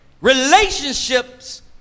Relationships